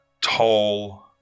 tall